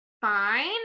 fine